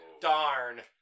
Darn